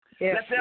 Yes